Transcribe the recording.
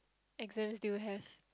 exams do you have